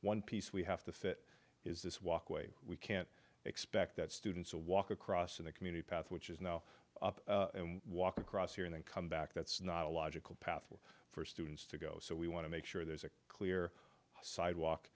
one piece we have to fit is this walkway we can't expect that students a walk across in the community path which is now up and walk across here and then come back that's not a logical pathway for students to go so we want to make sure there's a clear sidewalk